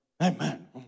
Amen